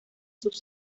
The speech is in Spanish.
sus